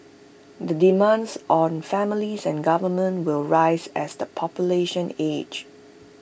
the demands on families and government will rise as the population ages